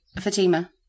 Fatima